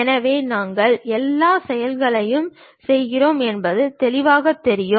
எனவே நாங்கள் என்ன செயல்களைச் செய்கிறோம் என்பது தெளிவாகத் தெரியும்